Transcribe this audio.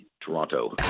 Toronto